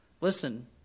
listen